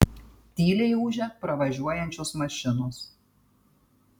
tyliai ūžia pravažiuojančios mašinos